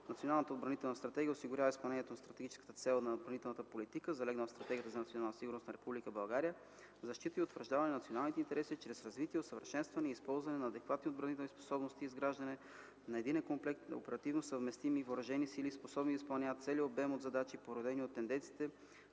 Националната отбранителна стратегия осигурява изпълнението на стратегическа цел на отбранителната политика, залегнала в Стратегията за национална сигурност на Република България – „защита и утвърждаване на националните интереси чрез развитие, усъвършенстване и използване на адекватни отбранителни способности и изграждане на единен комплект оперативно съвместими въоръжени сили, способни да изпълнят целия обем от задачи, породени от тенденциите